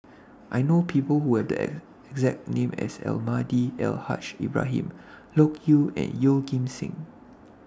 I know People Who Have The exact name as Almahdi Al Haj Ibrahim Loke Yew and Yeoh Ghim Seng